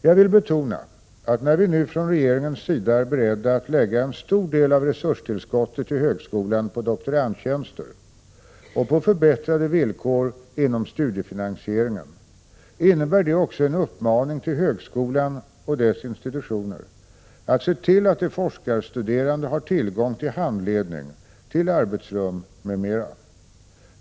Jag vill betona att när vi nu från regeringens sida är beredda att lägga en stor del av resurstillskottet till högskolan på doktorandtjänstgöringen och på förbättrade villkor inom studiefinansiering, innebär det också en uppmaning till högskolan och dess institutioner att se till att de forskarstuderande har tillgång till handledning, till arbetsrum m.m.